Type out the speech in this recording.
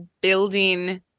building